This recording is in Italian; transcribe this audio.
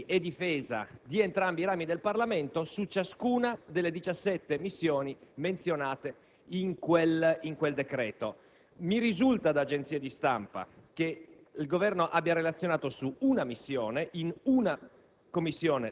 e difesa, di entrambi i rami del Parlamento su ciascuna delle 17 missioni menzionate in quel decreto. Mi risulta da agenzie di stampa che il Governo abbia relazionato su una missione in una